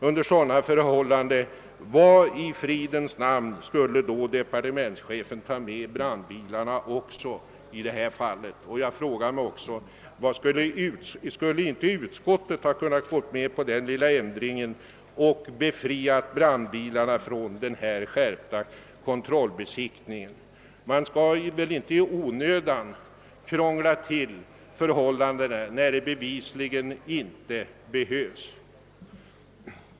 Under sådana förhållanden frågar man sig, varför i fridens namn departementschefen skall ta med också brandbilarna i det här fallet. Skulle inte utskottet ha kunnat gå med på en liten ändring och befriat brandbilarna från den skärpta kontrollbesiktningen? Man skall väl inte krångla till saker när det bevisligen inte behövs.